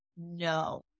no